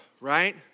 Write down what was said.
right